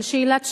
של שאילת שאלות,